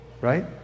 Right